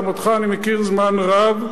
גם אותך אני מכיר זמן רב,